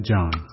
John